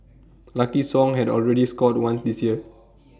lucky song had already scored once this year